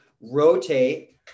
rotate